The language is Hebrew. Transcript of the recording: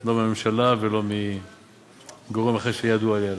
לא מהממשלה ולא מגורם אחר שידוע לי עליו.